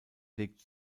legt